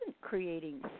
creating